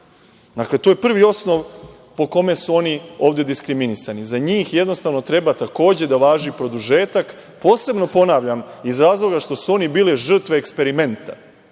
to je prvi osnov po kome su oni ovde diskriminisani. Za njih jednostavno treba takođe da važi produžetak, posebno ponavljam, iz razloga što su oni bile žrtve eksperimenta,